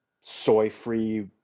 soy-free